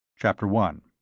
chapter one